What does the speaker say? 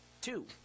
Two